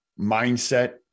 mindset